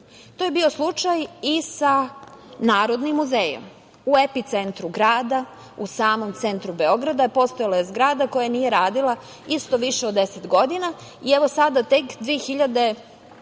To je bio slučaj i sa Narodnim muzejom u epicentru grada, u samom centru Beograda, postojala je zgrada koja nije radila isto više od 10 godina i evo tek sada